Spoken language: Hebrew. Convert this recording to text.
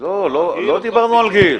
לא, לא דיברנו על גיל.